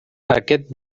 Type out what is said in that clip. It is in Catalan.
aquest